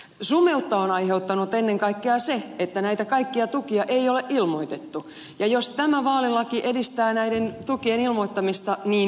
sumeutta on aiheuttanut ennen kaikkea se että näitä kaikkia tukia ei ole ilmoitettu ja jos tämä vaalilaki edistää näiden tukien ilmoittamista niin hyvä